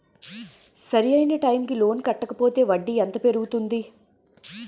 సరి అయినా టైం కి లోన్ కట్టకపోతే వడ్డీ ఎంత పెరుగుతుంది?